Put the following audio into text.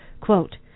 quote